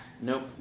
Nope